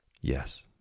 Yes